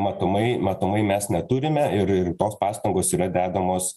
matomai matomai mes neturime ir ir tos pastangos yra dedamos